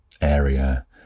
Area